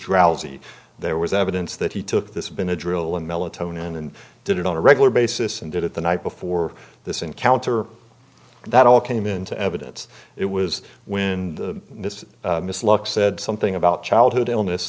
drowsy there was evidence that he took this been a drill and melatonin and did it on a regular basis and did it the night before this encounter that all came into evidence it was when miss luck said something about childhood illness